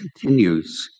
continues